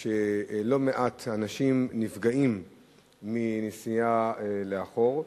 כי לא מעט אנשים נפגעים מנסיעה לאחור.